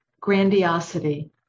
grandiosity